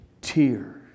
tears